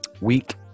week